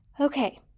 Okay